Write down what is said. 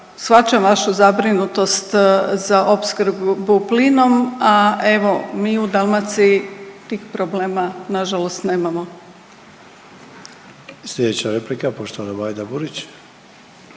shvaćam vašu zabrinutost za opskrbu plinom, a evo mi u Dalmaciji tih problema na žalost nemamo. **Sanader, Ante